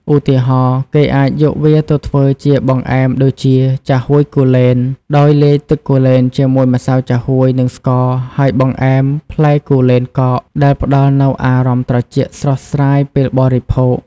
ឧទាហរណ៍ គេអាចយកវាទៅធ្វើជាបង្អែមដូចជា ចាហួយគូលែន ដោយលាយទឹកគូលែនជាមួយម្សៅចាហួយ និងស្ករ ហើយបង្អែម ផ្លែគូលែនកក ដែលផ្ដល់នូវអារម្មណ៍ត្រជាក់ស្រស់ស្រាយពេលបរិភោគ។